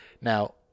Now